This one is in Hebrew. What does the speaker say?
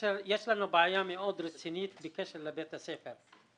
יש לנו בעיה מאוד רצינית לגבי בית הספר.